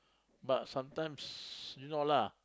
but sometimes you know lah